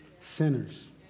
sinners